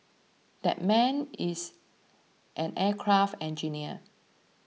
that man is an aircraft engineer